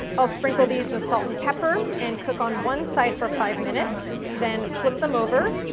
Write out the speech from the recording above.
i'll sprinkle these with salt and pepper and cook on one side for five minutes, then flip them over,